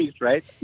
right